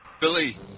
Billy